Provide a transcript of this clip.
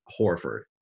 Horford